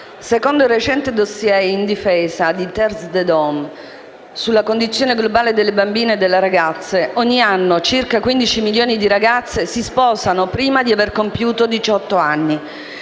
secondo il recente *dossier* "Indifesa" di "Terre des hommes" sulla condizione globale delle bambine e delle ragazze, ogni anno, circa 15 milioni di ragazze si sposano prima di aver compiuto i 18 anni.